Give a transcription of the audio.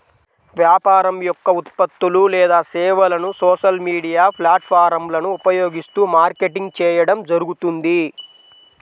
వ్యాపారం యొక్క ఉత్పత్తులు లేదా సేవలను సోషల్ మీడియా ప్లాట్ఫారమ్లను ఉపయోగిస్తూ మార్కెటింగ్ చేయడం జరుగుతుంది